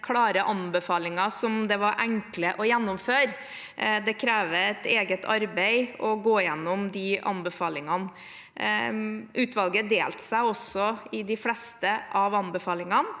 klare anbefalinger som var enkle å gjennomføre. Det krever et eget arbeid å gå gjennom de anbefalingene. Utvalget delte seg også i de fleste av anbefalingene,